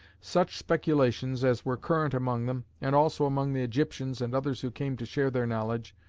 such speculations as were current among them, and also among the egyptians and others who came to share their knowledge,